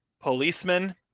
Policeman